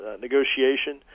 negotiation